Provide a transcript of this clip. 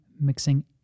mixing